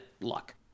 luck